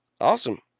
Awesome